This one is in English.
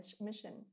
mission